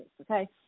okay